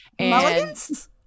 Mulligans